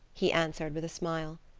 he answered with a smile.